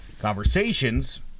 Conversations